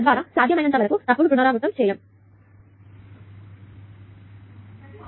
తద్వారా సాధ్యమైనంతవరకు తప్పును పునరావృతం చేయరు